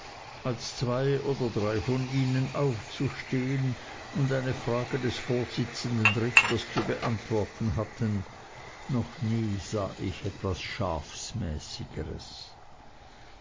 als zwei oder drei von ihnen aufzustehen und eine frage des vorsitzenden richters zu beantworten hatten noch nie sah ich etwas